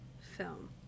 film